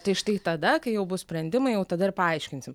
tai štai tada kai jau bus sprendimai jau tada ir paaiškinsim